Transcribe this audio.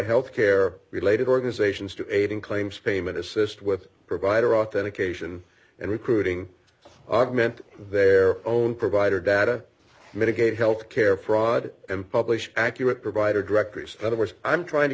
health care related organizations to aid in claims payment assist with provider authentication and recruiting augment their own provider data medicaid health care fraud and publish accurate provider directors of which i'm trying to